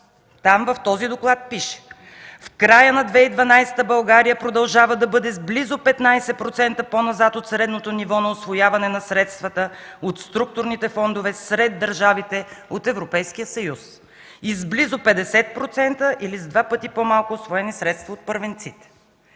В този доклад пише: „В края на 2012 г. България продължава да бъде с близо 15% по-назад от средното ниво на усвояване на средствата от структурните фондове сред държавите от Европейския съюз и с близо 50% или с два пъти по-малко усвоени средства от първенците.”